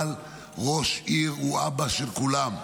אבל ראש עיר הוא אבא של כולם,